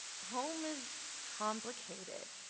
home is complicated.